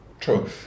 True